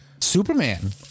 Superman